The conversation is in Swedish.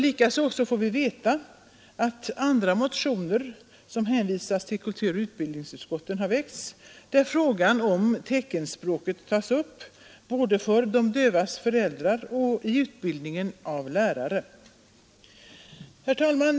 Likaså får vi veta att andra motioner, som hänvisats till kulturoch utbildningsutskotten, har väckts, där frågan om teckenspråket tas upp i vad gäller både de dövas föräldrar och utbildningen av lärare. Herr talman!